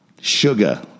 Sugar